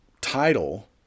title